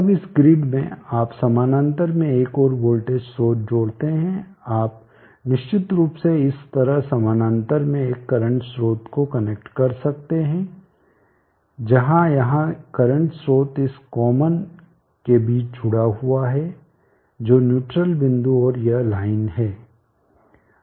अब इस ग्रिड में आप समानांतर में एक और वोल्टेज स्रोत जोड़ते हैं आप निश्चित रूप से इस तरह समानांतर में एक करंट स्रोत को कनेक्ट कर सकते हैं जहां यहां करंट स्रोत इस कॉमन के बीच जुड़ा हुआ है जो न्यूट्रल बिंदु और यह लाइन है